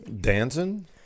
Dancing